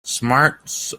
smart